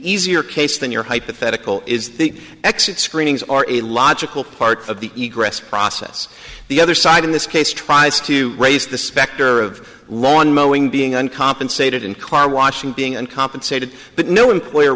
easier case than your hypothetical is the exit screenings are a logical part of the process the other side in this case tries to raise the specter of lawn mowing being uncompensated and car washing being uncompensated but no employer